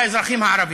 באזרחים הערבים.